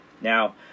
Now